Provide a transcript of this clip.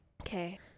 okay